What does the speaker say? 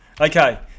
Okay